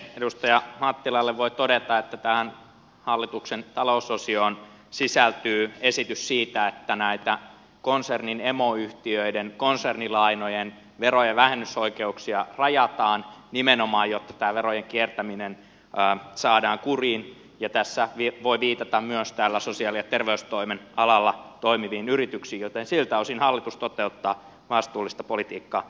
edustaja mattilalle voi todeta että tähän hallituksen talousosioon sisältyy esitys siitä että näitä konsernin emoyhtiöiden konsernilainojen verojen vähennysoikeuksia rajataan nimenomaan jotta tämä verojen kiertäminen saadaan kuriin ja tässä voi viitata myös täällä sosiaali ja terveystoimen alalla toimiviin yrityksiin joten siltä osin hallitus toteuttaa vastuullista politiikkaa